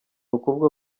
ukuvuga